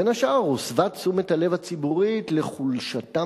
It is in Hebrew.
ובין השאר הוסבה תשומת הלב הציבורית לחולשתם